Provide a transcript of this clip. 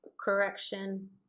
correction